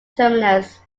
terminus